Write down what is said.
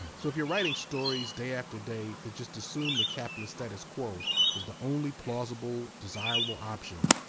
so if you're writing stories day after day that just assume the capitalist status quo is the only plausible, desirable option,